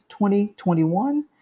2021